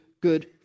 good